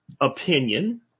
opinion